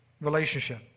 relationship